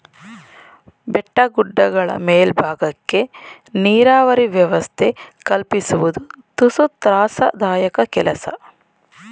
ಬೆಟ್ಟ ಗುಡ್ಡಗಳ ಮೇಲ್ಬಾಗಕ್ಕೆ ನೀರಾವರಿ ವ್ಯವಸ್ಥೆ ಕಲ್ಪಿಸುವುದು ತುಸು ತ್ರಾಸದಾಯಕ ಕೆಲಸ